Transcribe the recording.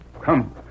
Come